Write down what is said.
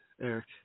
Eric